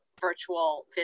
virtual